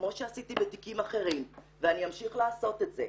כמו שעשיתי בתיקים אחרים, ואני אמשיך לעשות את זה.